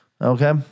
Okay